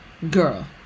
Girl